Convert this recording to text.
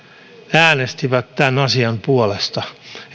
äänestivät tämän asian puolesta